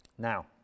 Now